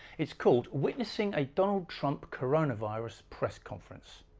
it's called, witnessing a donald trump coronavirus press conference.